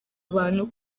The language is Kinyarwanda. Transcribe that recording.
abantu